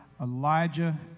Elijah